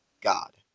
God